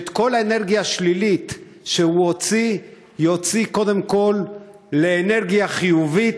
שאת כל האנרגיה השלילית שהוא הוציא יוציא קודם כול לאנרגיה חיובית,